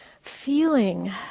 feeling